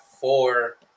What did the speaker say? four